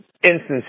instances